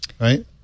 Right